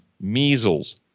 measles